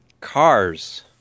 cars